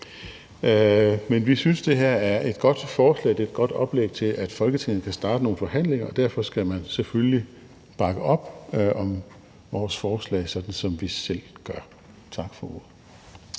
Men vi synes, at det her er et godt forslag, det er et godt oplæg til, at Folketinget kan starte nogle forhandlinger, og derfor skal man selvfølgelig bakke op om vores forslag, sådan som vi selv gør. Tak for ordet.